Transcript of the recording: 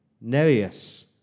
Nereus